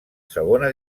segona